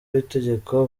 w’itegeko